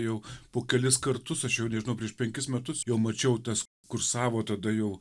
jau po kelis kartus aš jau nežinau prieš penkis metus jau mačiau tas kursavo tada jau